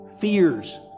Fears